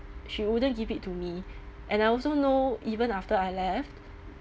she wouldn't give it to me and I also know even after I left